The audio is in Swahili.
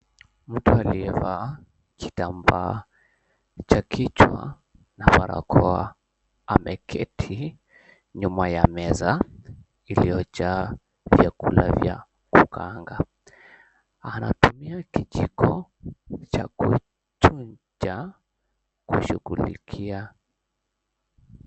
Mtu aliyevaa kitambaa cha kichwa na barakoa ameketi nyuma ya meza iliyojaa vyakula vya kukaanga. Anatumia kijiko cha kuchuja kushughulikia...